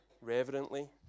reverently